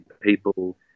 people